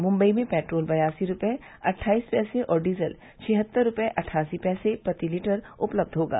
मुम्बई में पेट्रोल बयासी रुपये अट्ठाईस पैसे और डीजल छिहत्तर रुपये अट्ठासी पैसे प्रति लीटर उपलब्ध होगा